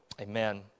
Amen